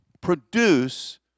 produce